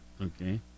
Okay